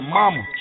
mama